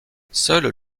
seul